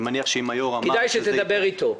כדאי שתדבר אתו.